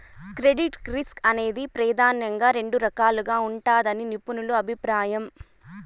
credit risk అనేది ప్రెదానంగా రెండు రకాలుగా ఉంటదని నిపుణుల అభిప్రాయం